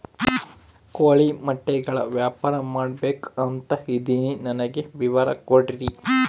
ಕೋಳಿ ಮೊಟ್ಟೆಗಳ ವ್ಯಾಪಾರ ಮಾಡ್ಬೇಕು ಅಂತ ಇದಿನಿ ನನಗೆ ವಿವರ ಕೊಡ್ರಿ?